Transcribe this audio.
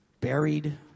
buried